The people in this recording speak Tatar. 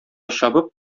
чабып